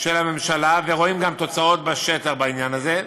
של הממשלה, ורואים גם תוצאות בשטח בעניין הזה.